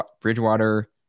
Bridgewater